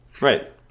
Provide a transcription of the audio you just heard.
Right